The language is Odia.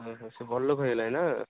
ଓହୋ ସେ ବଡ଼ ଲୋକ ହେଇଗଲାଣି ନା